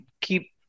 keep